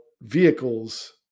vehicles